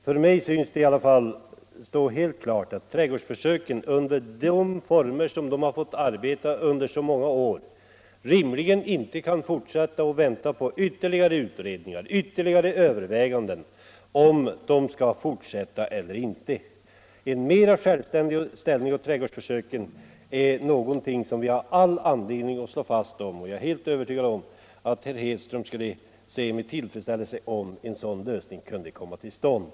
För mig står det i alla fall helt klart att vi inte kan vänta på ytterligare utredningar och ytterligare överväganden huruvida trädgårdsförsöken, som under så många år har fått pågå under dessa former, skall få fortsätta eller inte. En mer självständig ställning för trädgårdsförsöken är någonting som vi har all anledning att slå vakt om, och jag är säker på att herr Hedström skulle se med tillfredsställelse att en sådan lösning kunde komma till stånd.